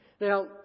Now